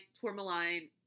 tourmaline